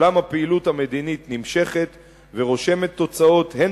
אולם הפעילות המדינית נמשכת ורושמת תוצאות הן